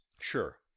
Sure